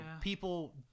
people